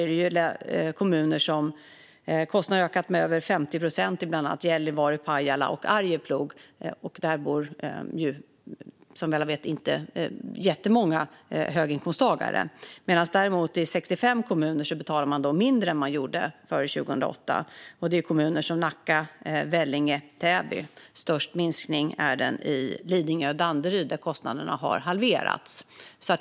Kostnaderna har ökat med över 50 procent i bland annat Gällivare, Pajala och Arjeplog. Där bor som vi alla vet inte jättemånga höginkomsttagare. I 65 kommuner betalar man däremot mindre än vad man gjorde före 2008. Det är kommuner som Nacka, Vellinge och Täby. Störst minskning är det i Lidingö och Danderyd där kostnaderna har halverats.